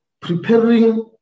Preparing